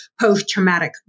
post-traumatic